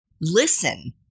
listen